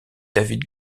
david